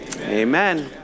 amen